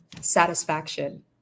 satisfaction